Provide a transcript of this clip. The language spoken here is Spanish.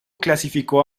clasificó